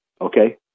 okay